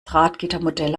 drahtgittermodell